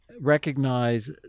recognize